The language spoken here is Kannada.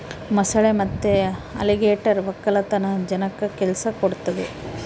ಮೊಸಳೆ ಮತ್ತೆ ಅಲಿಗೇಟರ್ ವಕ್ಕಲತನ ಜನಕ್ಕ ಕೆಲ್ಸ ಕೊಡ್ತದೆ